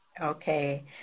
Okay